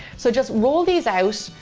so just roll these out.